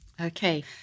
Okay